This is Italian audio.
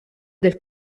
del